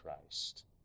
Christ